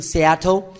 Seattle